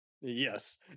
Yes